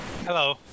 Hello